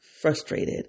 frustrated